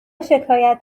شکایت